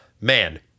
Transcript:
man